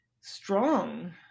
strong